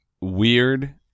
weird